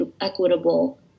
equitable